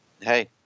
hey